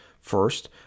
first